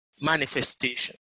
manifestation